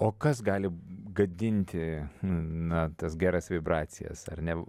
o kas gali gadinti na tas geras vibracijas ar ne